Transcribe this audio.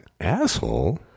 asshole